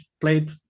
played